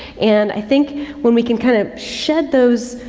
and, i think when we can kind of shed those,